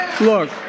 Look